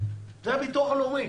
זה הביטוח הלאומי,